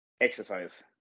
exercise